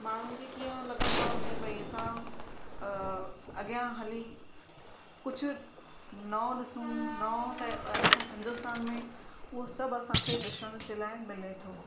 माण्हुनि खे कीअं लॻंदो आहे भई असां अॻियां हली कुझु नओं ॾिसऊं नओं असांखे हिंदुस्तान में उहो सभु असां खे ॾिसण जे लाइ मिले थो